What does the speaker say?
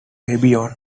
babylon